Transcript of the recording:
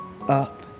up